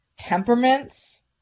temperaments